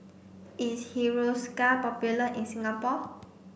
is Hiruscar popular in Singapore